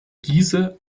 diese